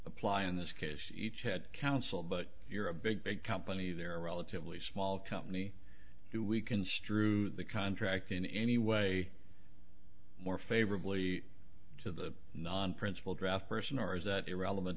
apply in this case each had counsel but you're a big big company they're relatively small company do we construe the contract in any way more favorably to the non printable draft person or is that irrelevant